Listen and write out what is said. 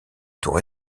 tour